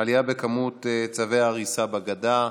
עלייה במספר צווי ההריסה בגדה,